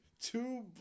two